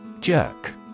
Jerk